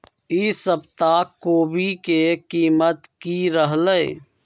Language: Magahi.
ई सप्ताह कोवी के कीमत की रहलै?